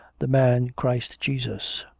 the man christ jesus.